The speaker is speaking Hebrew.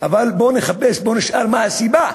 אבל בוא נחפש, בוא נשאל מה הסיבה.